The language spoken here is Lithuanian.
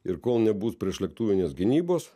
ir kol nebus priešlėktuvinės gynybos